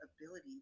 ability